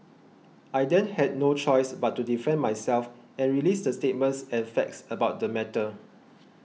I then had no choice but to defend myself and release the statements and facts about the matter